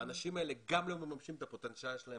האנשים האלה גם לא מממשים את הפוטנציאל שלהם